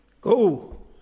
Go